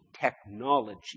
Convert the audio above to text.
technology